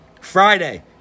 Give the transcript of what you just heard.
Friday